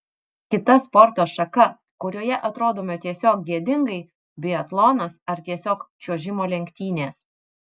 kita sporto šaka kurioje atrodome tiesiog gėdingai biatlonas ar tiesiog čiuožimo lenktynės